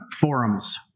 forums